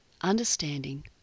understanding